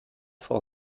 frau